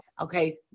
Okay